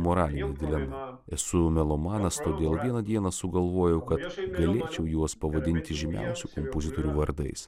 moralinė dilema esu melomanas todėl vieną dieną sugalvojau kad galėčiau juos pavadinti žymiausiu kompozitorių vardais